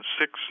six